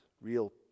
real